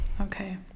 Okay